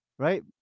Right